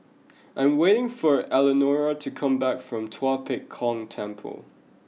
I am waiting for Elenora to come back from Tua Pek Kong Temple